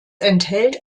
enthält